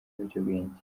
ibiyobyabwenge